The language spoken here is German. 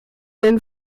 den